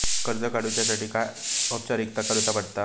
कर्ज काडुच्यासाठी काय औपचारिकता करुचा पडता?